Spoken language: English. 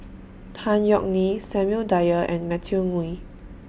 Tan Yeok Nee Samuel Dyer and Matthew Ngui